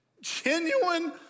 Genuine